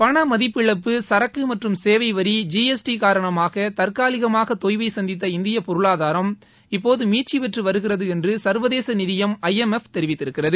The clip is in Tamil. பண மதிப்பிழப்பு சரக்கு மற்றும் சேவைவரி ஜி எஸ் டி காரணமாக தற்காலிகமாக தொய்வை சந்தித்த இந்திய பொருளாதாரம் இப்போது மீட்சி பெற்று வருகிறது என்று சு்வதேச நிதியம் ஐ எம் எஃப் தெரிவித்திருக்கிறது